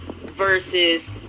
versus